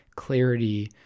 clarity